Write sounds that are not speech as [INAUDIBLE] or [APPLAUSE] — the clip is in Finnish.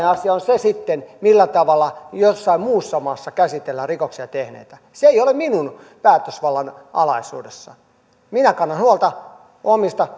[UNINTELLIGIBLE] asia on se sitten millä tavalla jossain muussa maassa käsitellään rikoksia tehneitä se ei ole minun päätösvaltani alaisuudessa minä kannan huolta omista [UNINTELLIGIBLE]